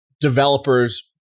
developers